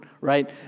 right